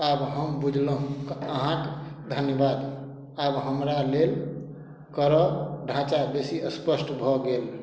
आब हम बुझलहु अहाँके धन्यवाद आब हमरा लेल करऽ ढाँचा बेसी स्पष्ट भऽ गेल